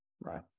Right